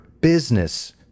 Business